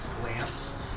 glance